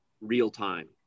real-time